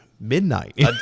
midnight